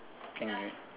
can can